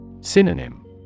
Synonym